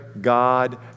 God